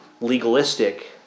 legalistic